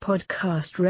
Podcast